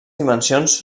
dimensions